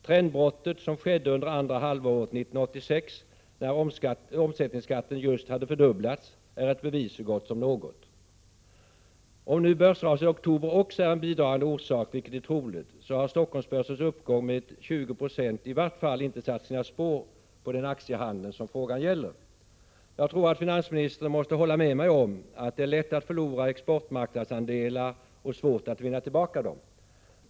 Trendbrottet som skedde under andra halvåret under 1986, när omsättningsskatten just hade fördubblats, är ett bevis så gott som något. Om nu börsraset i oktober också är en bidragande orsak, vilket är troligt, har Stockholmsbörsens uppgång med 20 Yo i varje fall inte satt sina spår på den aktiehandel som frågan gäller. Jag tror att finansministern måste hålla med mig om att det är lätt att förlora exportmarknadsandelar och svårt att vinna tillbaka dem.